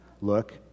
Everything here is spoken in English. Look